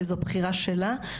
וזאת בחירה שלה.